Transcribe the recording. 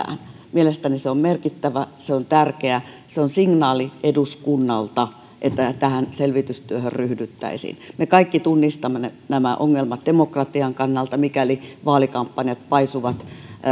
mielestäni se on merkittävää se on tärkeää se on signaali eduskunnalta että tähän selvitystyöhön ryhdyttäisiin me kaikki tunnistamme nämä ongelmat demokratian kannalta mikäli vaalikampanjat paisuvat